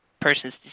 person's